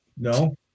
no